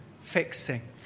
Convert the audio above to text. fixing